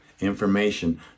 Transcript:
information